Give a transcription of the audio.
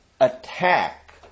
attack